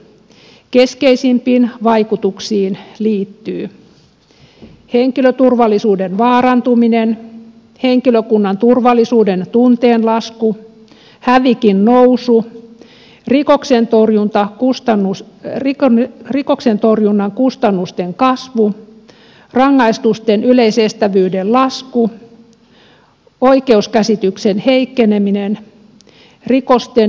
keskeisimpiin vaikutuksiin liittyy henkilöturvallisuuden vaarantuminen henkilökunnan turvallisuudentunteen lasku hävikin nousu rikoksentorjunnan kustannusten kasvu rangaistusten yleisestävyyden lasku oikeuskäsityksen heikkeneminen rikosten ilmoittamisherkkyyden lasku